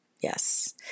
Yes